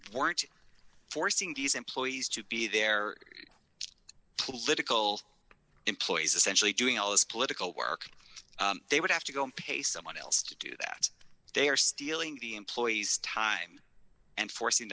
weren't forcing these employees to be their political employees essentially doing all this political work they would have to go and pay someone else to do that they are stealing the employees time and forcing